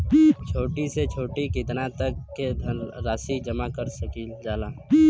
छोटी से छोटी कितना तक के राशि जमा कर सकीलाजा?